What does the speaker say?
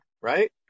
right